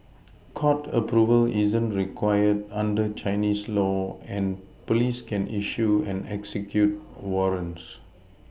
court Approval isn't required under Chinese law and police can issue and execute warrants